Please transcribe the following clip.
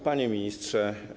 Panie Ministrze!